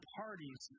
parties